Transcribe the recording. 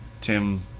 Tim